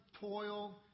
toil